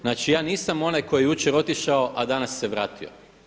Znači ja nisam onaj koji je jučer otišao a danas se vratio.